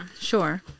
Sure